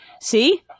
See